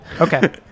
Okay